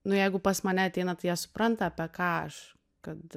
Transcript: nu jeigu pas mane ateina tai jie supranta apie ką aš kad